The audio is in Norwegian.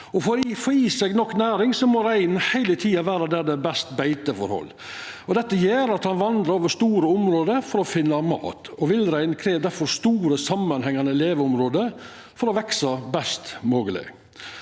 For å få i seg nok næring må reinen heile tida vera der det er best beiteforhold. Dette gjer at han vandrar over store område for å finna mat. Villreinen krev difor store samanhengande leveområde for å veksa best mogleg.